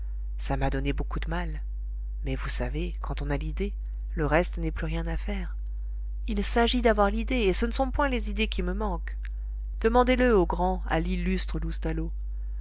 ça m'a donné beaucoup de mal mais vous savez quand on a l'idée le reste n'est plus rien à faire il s'agit d'avoir l'idée et ce ne sont point les idées qui me manquent demandez-le au grand à l'illustre loustalot